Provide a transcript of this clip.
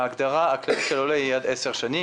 ההגדרה היא עד עשר שנים,